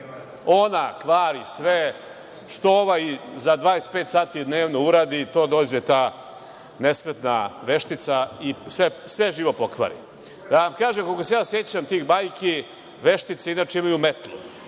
Ona kvari sve što ovaj za 25 sati dnevno uradi, dođe ta nesretna veštica i sve živo pokvari. Koliko se ja sećam tih bajki, veštice inače imaju metlu,